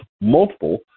multiple